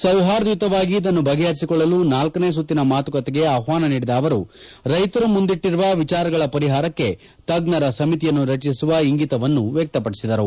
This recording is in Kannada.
ಸೌಹಾರ್ದಯುತವಾಗಿ ಇದನ್ನು ಬಗೆಹರಿಸಿಕೊಳ್ಳಲು ನಾಲ್ಕನೇ ಸುತ್ತಿನ ಮಾತುಕತೆಗೆ ಆಹ್ವಾನ ನೀಡಿದ ಅವರು ರೈತರು ಮುಂದಿಟ್ಲಿರುವ ವಿಚಾರಗಳ ಪರಿಹಾರಕ್ಕೆ ತಜ್ಞರ ಸಮಿತಿಯನ್ನು ರಚಿಸುವ ಇಂಗಿತವನ್ನು ವ್ಯಕ್ತಪದಿಸಿದರು